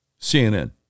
CNN